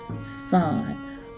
son